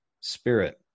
Spirit